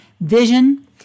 Vision